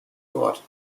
wort